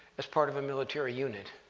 as part of a military unit.